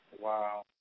Wow